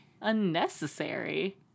Unnecessary